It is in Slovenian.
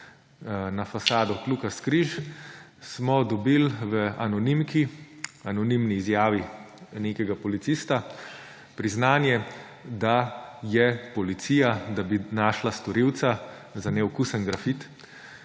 narisali kljukasti križ, smo dobili v anonimni izjavi nekega polista priznanje, da je policija, da bi našla storilca za neokusen grafit,